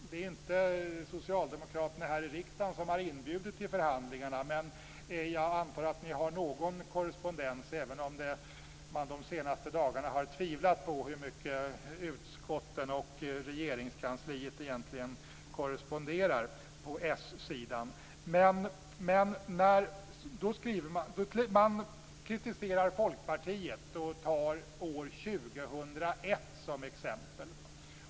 Det är inte socialdemokraterna i riksdagen som har inbjudit till förhandlingarna, men jag antar att ni har någon form av korrespondens - även om man de senaste dagarna har tvivlat på hur mycket utskotten och Regeringskansliet korresponderar på s-sidan. som exempel.